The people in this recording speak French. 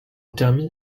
termine